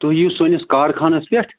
تُہۍ یِیِو سٲنِس کارخانَس پٮ۪ٹھ